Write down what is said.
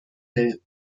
will